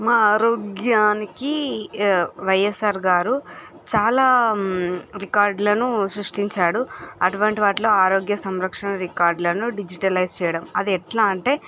మా ఆరోగ్యానికి వైఎస్ఆర్ గారు చాలా రికార్డులను సృష్టించాడు అటువంటి వాటిలో ఆరోగ్య సంరక్షణ రికార్డులను డిజిటలైజ్ చేయడం అది ఎట్లా అంటే